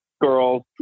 girls